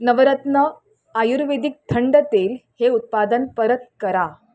नवरत्न आयुर्वेदिक थंड तेल हे उत्पादन परत करा